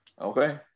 Okay